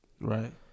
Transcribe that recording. right